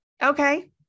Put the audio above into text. Okay